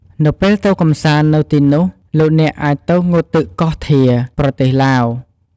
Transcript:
នៅពេលទៅកម្សាន្តនៅទីនោះលោកអ្នកអាចទៅ ងូតទឹកកោះធា ប្រទេសឡាវ។